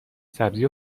سبزی